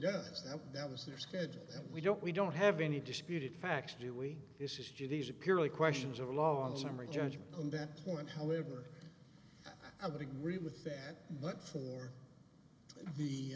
does that that was their schedule and we don't we don't have any disputed facts do we this is judy's a purely questions of law and summary judgment on that point however i would agree with that but for the